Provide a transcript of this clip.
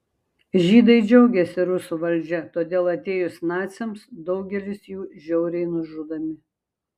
žydai džiaugiasi rusų valdžia todėl atėjus naciams daugelis jų žiauriai nužudomi